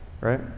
right